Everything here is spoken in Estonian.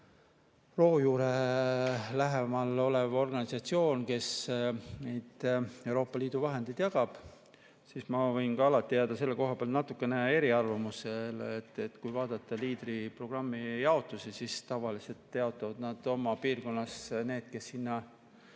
kõige lähemal olev organisatsioon, kes neid Euroopa Liidu vahendeid jagab, aga siis ma võin ka alati jääda selle koha peal natukene eriarvamusele. Kui vaadata LEADER-programmi jaotusi, siis tavaliselt jaotavad oma piirkonnas need, kes sinna